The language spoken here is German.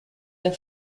der